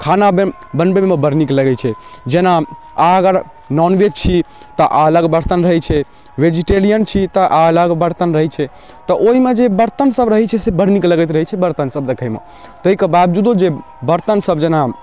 खाना बनबैमे बड़ नीक लगै छै जेना अहाँ अगर नॉनवेज छी तऽ अलग बर्तन रहै छै वेजिटेरियन छी तऽ अलग बर्तन रहै छै तऽ ओइमे जे बर्तन सब रहै छै से बड़ नीक लगैत रहै छै बर्तन सब देखयमे तैके बाबजूदो जे बर्तन सब जेना